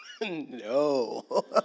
no